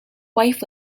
wife